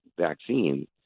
vaccine